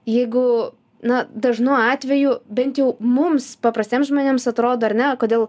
jeigu na dažnu atveju bent jau mums paprastiems žmonėms atrodo ar ne kodėl